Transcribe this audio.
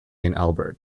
albert